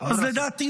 זה מה שעושה החוק הזה.